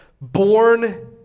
born